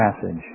passage